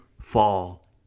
fall